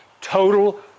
total